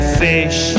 fish